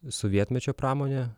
sovietmečio pramonė